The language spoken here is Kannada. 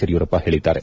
ಯಡಿಯೂರಪ್ಪ ಹೇಳಿದ್ದಾರೆ